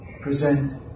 present